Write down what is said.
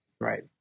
right